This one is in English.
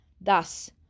Thus